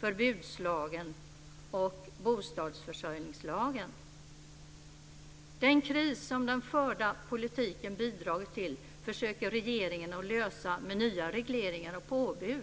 förbudslagen och bostadsförsörjningslagen. Den kris som den förda politiken har bidragit till försöker regeringen att lösa med nya regleringar och påbud.